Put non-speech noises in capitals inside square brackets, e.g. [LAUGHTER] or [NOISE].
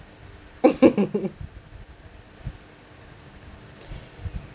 [LAUGHS]